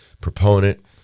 proponent